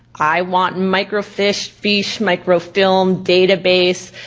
i want microfiche, microfilm, database.